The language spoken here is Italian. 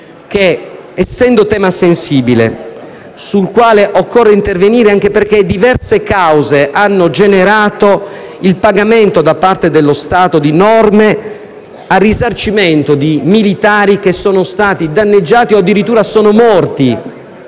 di un tema sensibile e sul quale pertanto occorre intervenire, anche perché diverse cause hanno generato il pagamento da parte dello Stato di risarcimenti ai militari che sono stati danneggiati o addirittura sono morti